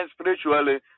spiritually